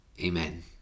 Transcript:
Amen